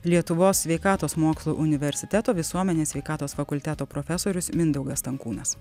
lietuvos sveikatos mokslų universiteto visuomenės sveikatos fakulteto profesorius mindaugas stankūnas